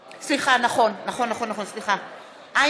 פרי, אינו נוכח עמיר פרץ, אינו נוכח